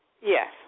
Yes